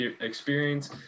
experience